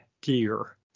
gear